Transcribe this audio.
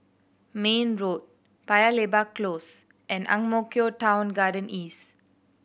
Mayne Road Paya Lebar Close and Ang Mo Kio Town Garden East